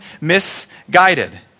misguided